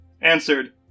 answered